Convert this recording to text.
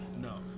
No